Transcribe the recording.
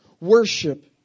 Worship